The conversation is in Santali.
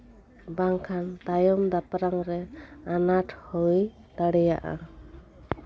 ᱵᱟᱝᱠᱷᱟᱱ ᱛᱟᱭᱚᱢ ᱫᱟᱯᱨᱟᱢᱨᱮ ᱟᱱᱟᱴ ᱦᱩᱭ ᱫᱟᱲᱮᱭᱟᱜᱼᱟ